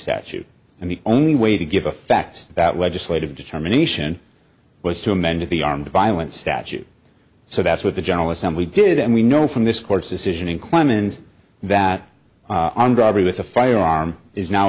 statute and the only way to give effect that legislative determination was to amend the armed violence statute so that's what the general assembly did and we know from this court's decision in clemens that on bribery with a firearm is now